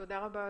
תודה רבה.